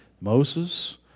Moses